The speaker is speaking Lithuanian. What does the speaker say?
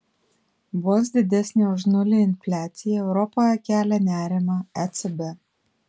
vos didesnė už nulį infliacija europoje kelia nerimą ecb